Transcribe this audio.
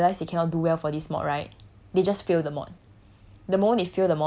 uh the moment they realise they cannot do well for this mod right they just fail the mod